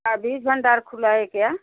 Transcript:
बीज भंडार खुला है क्या